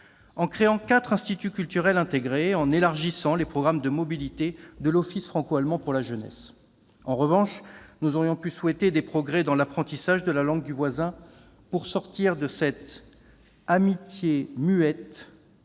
en créant quatre instituts culturels intégrés et en élargissant les programmes de mobilité de l'Office franco-allemand pour la jeunesse. En revanche, nous aurions pu souhaiter des progrès dans l'apprentissage de la langue du voisin, pour sortir de cette « amitié muette